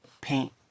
paint